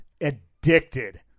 Addicted